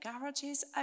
garages